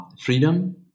freedom